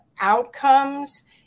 outcomes